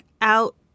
out